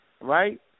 right